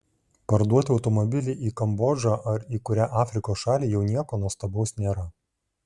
parduoti automobilį į kambodžą ar į kurią afrikos šalį jau nieko nuostabaus nėra